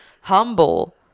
Humble